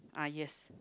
ah yes